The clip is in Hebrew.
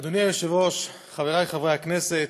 אדוני היושב-ראש, חברי חברי הכנסת.